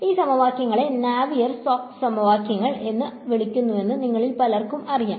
ഈ സമവാക്യങ്ങളെ Navier Stokes സമവാക്യങ്ങൾ എന്ന് വിളിക്കുന്നുവെന്ന് നിങ്ങളിൽ പലർക്കും അറിയാം